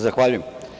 Zahvaljujem.